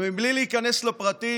ובלי להיכנס לפרטים,